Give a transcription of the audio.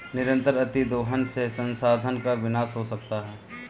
निरंतर अतिदोहन से संसाधन का विनाश हो सकता है